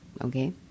okay